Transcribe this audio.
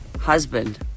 husband